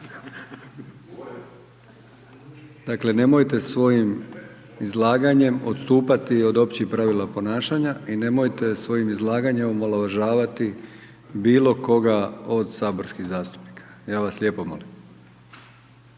dakle nemojte svojim izlaganjem odstupati od općih pravila ponašanja i nemojte svojim izlaganjem omalovažavati bilo koga od saborskih zastupnika. Ja vas lijepo molim.